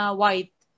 white